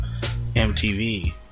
MTV